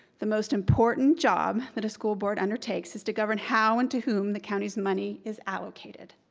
the most important job that a school board undertakes is to govern how and to whom the county's money is allocated.